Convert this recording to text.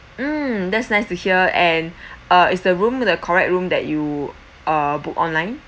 mm that's nice to hear and uh is the room the correct room that you uh book online